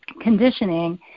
conditioning